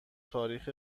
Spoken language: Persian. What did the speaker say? تاریخ